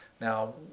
Now